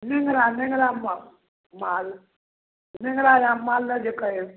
नेङ्गरा नेङ्गरा माल माल नेङ्गरा आम मालदह जे कहै